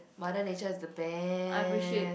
Mother-Nature is the best